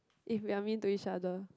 if we're mean to each other